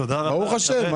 רוויה נפתחה?